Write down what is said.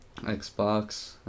Xbox